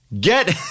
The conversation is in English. get